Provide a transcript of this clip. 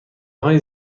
های